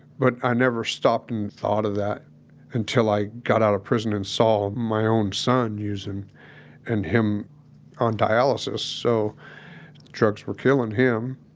but i never stopped and thought of that until i got out of prison and saw my own son using and him on dialysis, so drugs were killing him.